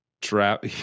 Trap